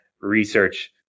research